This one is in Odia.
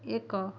ଏକ